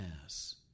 mass